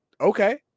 okay